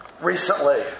Recently